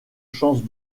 chances